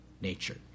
nature